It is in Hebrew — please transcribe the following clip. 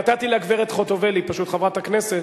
נתתי לגברת חוטובלי, פשוט, חברת הכנסת.